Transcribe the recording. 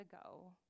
ago